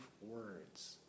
words